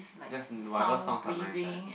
just whatever songs are nice right